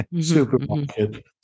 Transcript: supermarket